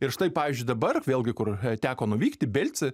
ir štai pavyzdžiui dabar vėlgi kur teko nuvykt į belcį